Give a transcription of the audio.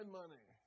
money